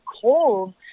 cold